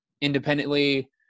independently